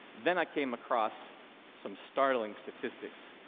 then i came across some startling statistics.